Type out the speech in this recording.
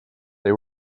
they